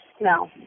No